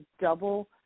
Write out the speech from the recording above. double